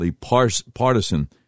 partisan